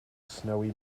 snowy